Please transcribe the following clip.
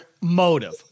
motive